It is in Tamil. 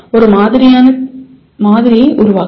ஒரு மாதிரியை உருவாக்குங்கள்